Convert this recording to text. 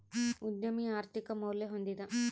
ಉದ್ಯಮಿ ಆರ್ಥಿಕ ಮೌಲ್ಯ ಹೊಂದಿದ